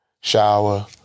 shower